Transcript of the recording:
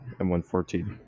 M114